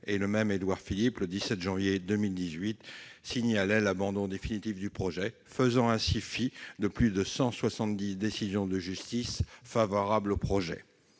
le même Édouard Philippe qui, le 17 janvier 2018, annonça l'abandon définitif du projet, faisant fi de plus de 170 décisions de justice favorables. Sous